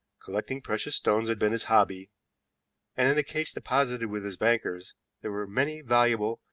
collecting precious stones had been his hobby, and in a case deposited with his bankers there were many valuable,